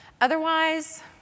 Otherwise